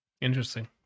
interesting